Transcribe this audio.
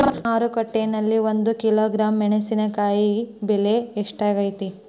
ಮಾರುಕಟ್ಟೆನಲ್ಲಿ ಒಂದು ಕಿಲೋಗ್ರಾಂ ಮೆಣಸಿನಕಾಯಿ ಬೆಲೆ ಎಷ್ಟಾಗೈತೆ?